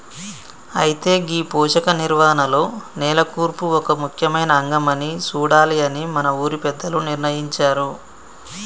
అయితే గీ పోషక నిర్వహణలో నేల కూర్పు ఒక ముఖ్యమైన అంగం అని సూడాలి అని మన ఊరి పెద్దలు నిర్ణయించారు